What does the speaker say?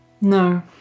No